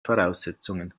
voraussetzungen